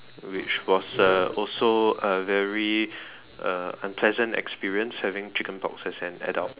which was uh also a very uh unpleasant experience having chicken pox as an adult